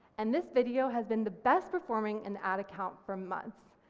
and this video has been the best performing an ad account for months,